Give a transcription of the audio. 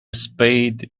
spade